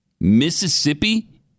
Mississippi